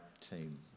team